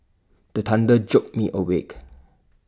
the thunder jolt me awake